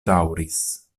daŭris